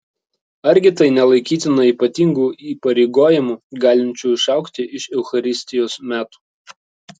argi tai nelaikytina ypatingu įpareigojimu galinčiu išaugti iš eucharistijos metų